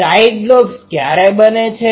side lobes ક્યારે બને છે